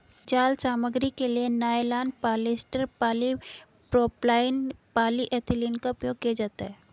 जाल सामग्री के लिए नायलॉन, पॉलिएस्टर, पॉलीप्रोपाइलीन, पॉलीएथिलीन का उपयोग किया जाता है